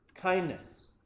Kindness